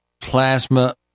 plasma